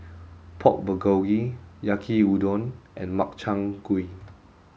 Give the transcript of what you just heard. Pork Bulgogi Yaki Udon and Makchang Gui